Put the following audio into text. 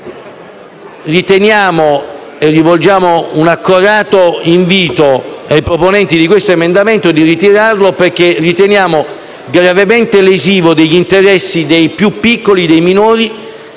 allo stesso modo, rivolgiamo un accorato invito affinché i proponenti di questo emendamento lo ritirino, perché riteniamo gravemente lesivo degli interessi dei più piccoli, dei minori,